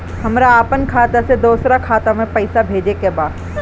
हमरा आपन खाता से दोसरा खाता में पइसा भेजे के बा